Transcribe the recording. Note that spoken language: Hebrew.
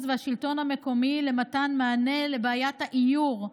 והשלטון המקומי למתן מענה לבעיית העיור,